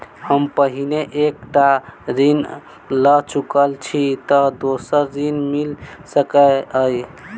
हम पहिने एक टा ऋण लअ चुकल छी तऽ दोसर ऋण मिल सकैत अई?